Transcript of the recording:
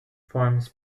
forms